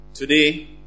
Today